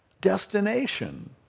destination